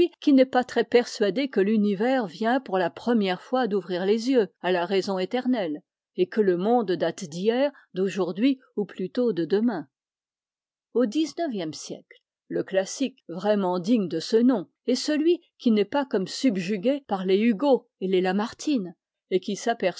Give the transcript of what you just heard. qui n'est pas très persuadé que l'univers vient pour la première fois d'ouvrir les yeux à la raison éternelle et que le monde date d'hier d'aujourd'hui ou plutôt de demain au xixe siècle le classique vraiment digne de ce nom est celui qui n'est pas comme subjugué par les hugo et les lamartine et qui